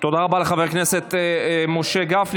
תודה רבה לחבר הכנסת משה גפני.